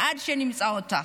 עד שנמצא אותה.